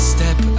Step